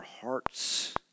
hearts